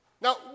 Now